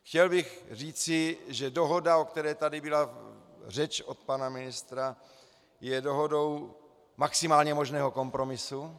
Chtěl bych říci, že dohoda, o které tady byla řeč od pana ministra, je dohodou maximálně možného kompromisu.